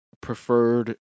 preferred